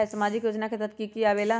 समाजिक योजना के तहद कि की आवे ला?